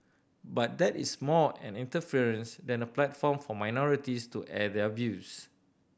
but that is more an inference than a platform for minorities to air their views